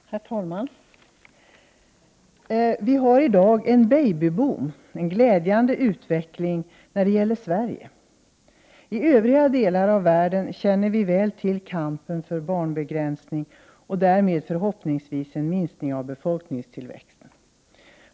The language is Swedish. Herr talman! Vi har i dag en babyboom -— en glädjande utveckling när det gäller Sverige. I övriga delar av världen känner vi väl till kampen för barnbegränsning, som förhoppningsvis leder till en minskning av befolkningstillväxten.